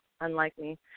unlikely